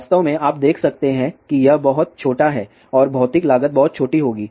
वास्तव में आप देख सकते हैं कि यह बहुत छोटा है और भौतिक लागत बहुत छोटी होगी